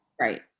right